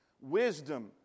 Wisdom